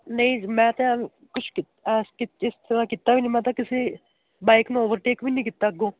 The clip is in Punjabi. ਨਹੀਂ ਮੈਂ ਤਾਂ ਅ ਕੁਛ ਕੀਤ ਐਸ ਕੀਤਾ ਇਸ ਤਰ੍ਹਾਂ ਕੀਤਾ ਵੀ ਨਹੀਂ ਮੈਂ ਤਾਂ ਕਿਸੇ ਬਾਈਕ ਨੂੰ ਓਵਰਟੇਕ ਵੀ ਨਹੀਂ ਕੀਤਾ ਅੱਗੋਂ